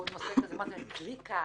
זה קליקה?